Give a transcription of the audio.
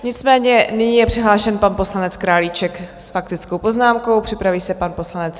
Nicméně nyní je přihlášen pan poslanec Králíček s faktickou poznámkou, připraví se pan poslanec Hendrych.